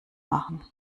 machen